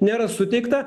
nėra suteikta